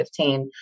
2015